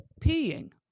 peeing